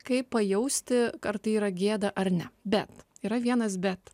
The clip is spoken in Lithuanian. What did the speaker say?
kaip pajausti ar tai yra gėda ar ne bet yra vienas bet